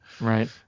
Right